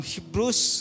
Hebrews